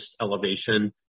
elevation